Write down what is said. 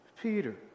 Peter